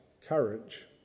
courage